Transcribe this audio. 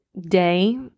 day